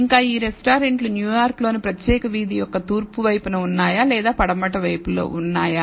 ఇంకా ఈ రెస్టారెంట్లు న్యూయార్క్ లోని ప్రత్యేక వీధి యొక్క తూర్పు వైపున ఉన్నాయా లేదా పడమటి వైపు ఉన్నాయా